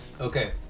Okay